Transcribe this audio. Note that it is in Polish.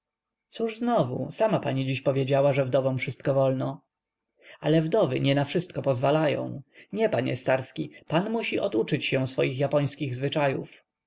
cóż znowu sama pani dziś powiedziała że wdowom wszystko wolno ale wdowy nie na wszystko pozwalają nie panie starski pan musi oduczyć się swoich japońskich zwyczajów